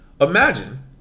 imagine